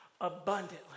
abundantly